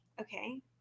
Okay